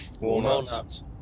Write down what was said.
Walnuts